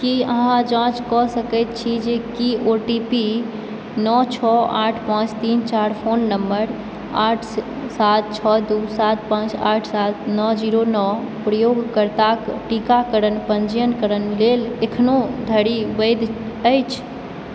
की अहाँ जाँच कऽ सकैत छी जे की ओटीपी नओ छओ आठ पाँच तीन चारि फोन नंबर आठ सात छओ दू सात पाँच आठ सात नओ ज़ीरो नौ प्रयोगकर्ताक टीकाकरण पंजीकरणक लेल एखनो धरि वैध अछि